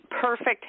perfect